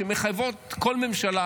שמחייבות כל ממשלה